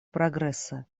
прогресса